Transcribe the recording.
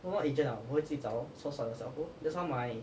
not not agent ah 我会自己找咯 source for yourself lor that's why my